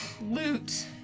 loot